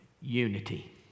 unity